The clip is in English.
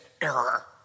error